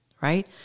right